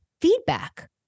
feedback